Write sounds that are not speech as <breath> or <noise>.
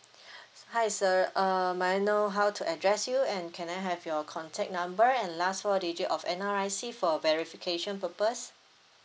<breath> s~ hi sir uh may I know how to address you and can I have your contact number and last four digit of N_R_I_C for verification purpose